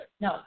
No